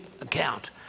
account